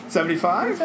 Seventy-five